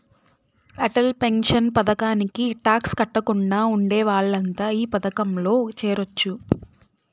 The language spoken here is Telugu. అటల్ పెన్షన్ పథకానికి టాక్స్ కట్టకుండా ఉండే వాళ్లంతా ఈ పథకంలో చేరొచ్చు